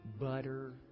butter